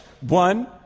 One